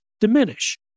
diminish